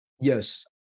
Yes